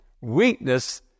weakness